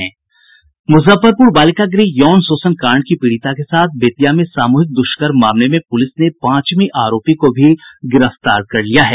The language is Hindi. मुजफ्फरपूर बालिका गृह यौन शोषण कांड की पीड़िता के साथ बेतिया में सामूहिक दुष्कर्म मामले में प्रलिस ने पांचवें आरोपी को भी गिरफ्तार कर लिया है